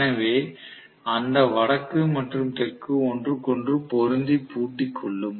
எனவே அந்த வடக்கு மற்றும் தெற்கு ஒன்றுக்கொன்று பொருந்தி பூட்டிக் கொள்ளும்